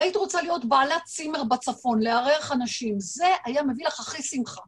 היית רוצה להיות בעלת צימר בצפון, לארח אנשים, זה היה מביא לך הכי שמחה.